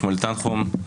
שמואל תנחום,